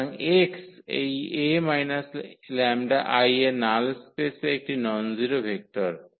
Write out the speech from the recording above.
সুতরাং x এই 𝐴 - 𝜆𝐼 এর নাল স্পেসে একটি ননজিরো ভেক্টর